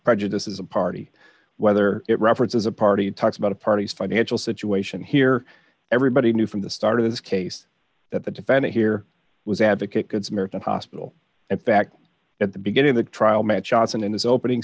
prejudice is a party whether it references a party talks about a party's financial situation here everybody knew from the start of this case that the defendant here was advocate good samaritan hospital and back at the beginning the trial meant johnson in his opening